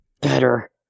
better